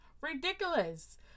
ridiculous